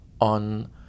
on